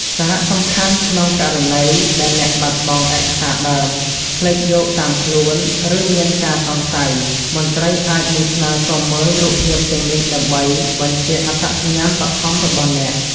សារៈសំខាន់ ក្នុងករណីដែលអ្នកបាត់បង់ឯកសារដើម ភ្លេចយកតាមខ្លួន ឬមានការសង្ស័យ មន្ត្រីអាចនឹងស្នើសុំមើលរូបភាពទាំងនេះដើម្បី បញ្ជាក់អត្តសញ្ញាណបឋមរបស់អ្នក។